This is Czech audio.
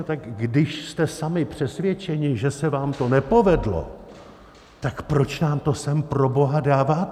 No tak když jste sami přesvědčeni, že se vám to nepovedlo, tak proč nám to sem proboha dáváte?